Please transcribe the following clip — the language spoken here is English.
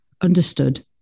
understood